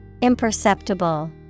Imperceptible